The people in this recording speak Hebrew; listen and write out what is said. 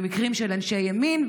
במקרים של אנשי ימין,